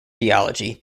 theology